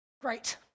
great